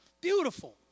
Beautiful